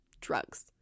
drugs